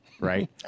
right